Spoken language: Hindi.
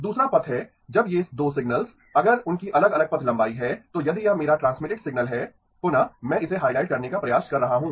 दूसरा पथ है जब ये 2 सिग्नल्स अगर उनकी अलग अलग पथ लंबाई है तो यदि यह मेरा ट्रांसमिटेड सिग्नल है पुनः मैं इसे हाइलाइट करने का प्रयास कर रहा हूं